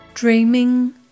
Dreaming